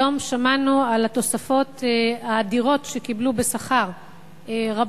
היום שמענו על התוספות השכר האדירות שקיבלו רבנים,